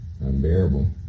unbearable